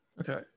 Okay